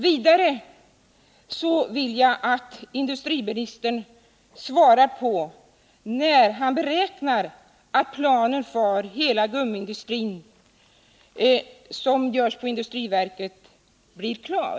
Vidare vill jag att industriministern svarar på frågan när han beräknar att planen för hela gummiindustrin, som görs upp av industriverket, blir klar.